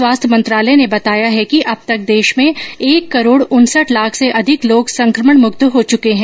स्वास्थ्य मंत्रालय ने बताया कि अब तक देश में एक करोड़ उनसठ लाख से अधिक लोग संक्रमणमुक्त हो चुके हैं